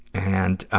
and, ah,